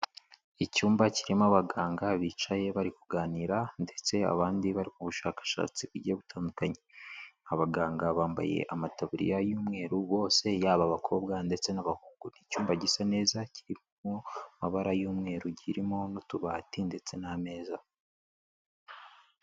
Icyumba kirimo abaganga bicaye bari kuganira ndetse abandi bari mu bushakashatsi bugiye butandukanye. Abaganga bambaye amataburiya y'umweru bose, yaba abakobwa ndetse n'abahungu, ni icyumba gisa neza kirimo amabara y'umweru kirimo n'utubati ndetse n'ameza.